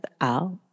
out